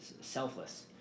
selfless